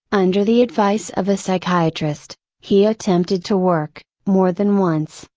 under the advice of a psychiatrist, he attempted to work, more than once,